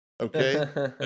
Okay